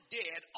dead